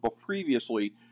previously